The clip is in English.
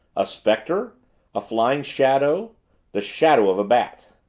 a specter a flying shadow the shadow of a bat.